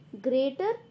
greater